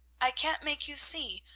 i can't make you see,